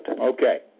Okay